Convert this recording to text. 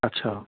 اچھا